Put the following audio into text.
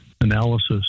analysis